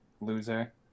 loser